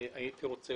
זה כתוב.